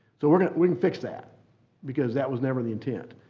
so we're going to we can fix that because that was never the intent.